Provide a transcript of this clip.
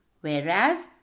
whereas